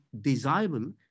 desirable